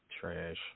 Trash